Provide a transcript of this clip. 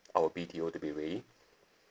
our B_T_O to be ready